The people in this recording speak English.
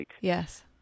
Yes